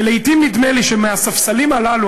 ולעתים נדמה לי שמהספסלים הללו,